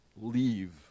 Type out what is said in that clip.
leave